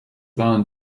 waren